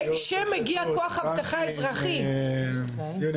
בנקים וכו' - שמגיע כוח אבטחה אזרחי רכוב.